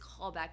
callback